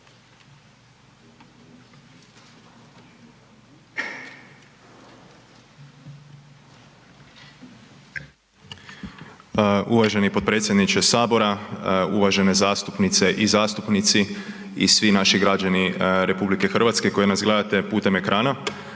Uvaženi potpredsjedniče sabora, uvažene zastupnice i zastupnici i svi naši građani RH koji nas gledate putem ekrana.